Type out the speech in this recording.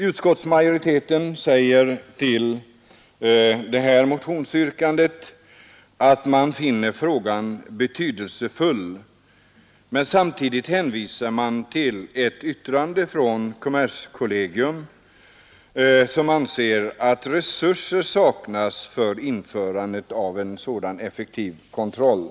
Utskottsmajoriteten säger att frågan är betydelsefull men hänvisar samtidigt till ett yttrande från kommerskollegium om att resurser saknas för införandet av en sådan här effektiv kontroll.